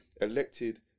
elected